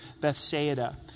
Bethsaida